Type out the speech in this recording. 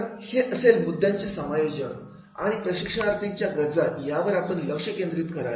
तर हे असेल मुद्यांचे समायोजन आणि प्रशिक्षणार्थींच्या गरजा यावर आपण लक्ष केंद्रित करावे